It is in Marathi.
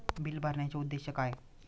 बिल भरण्याचे उद्देश काय?